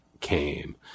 came